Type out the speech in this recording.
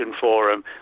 forum